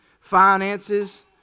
finances